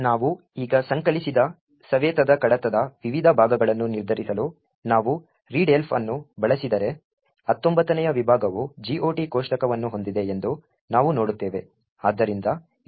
ನಾವು ಈಗ ಸಂಕಲಿಸಿದ ಸವೆತದ ಕಡತದ ವಿವಿಧ ವಿಭಾಗಗಳನ್ನು ನಿರ್ಧರಿಸಲು ನಾವು readelf ಅನ್ನು ಬಳಸಿದರೆ 19 ನೇ ವಿಭಾಗವು GOT ಕೋಷ್ಟಕವನ್ನು ಹೊಂದಿದೆ ಎಂದು ನಾವು ನೋಡುತ್ತೇವೆ